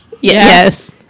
Yes